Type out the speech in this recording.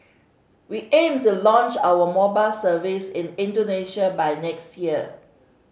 we aim to launch our mobile service in Indonesia by next year